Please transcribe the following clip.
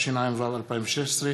התשע"ו 2016,